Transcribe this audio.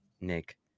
Nick